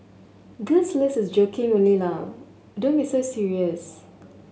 this list is joking only ah don't be so serious